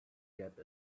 gap